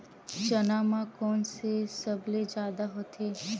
चना म कोन से सबले जादा होथे?